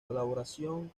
colaboración